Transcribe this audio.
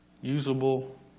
usable